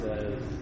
says